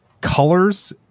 colors